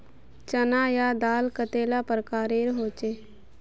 चना या दाल कतेला प्रकारेर होचे?